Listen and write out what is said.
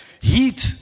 heat